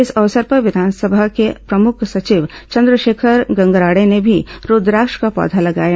इस अवसर पर विधानसभा के प्रमुख सचिव चंद्रशेखर गंगराड़े ने भी रूद्राक्ष का पौधा लगाया